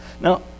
Now